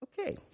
Okay